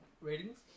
Ratings